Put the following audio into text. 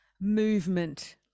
movement